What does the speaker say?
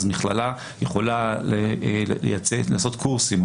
אז מכללה יכולה לעשות קורסים,